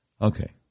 Okay